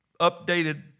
updated